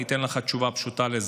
אני אתן לך תשובה פשוטה לזה.